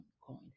Coin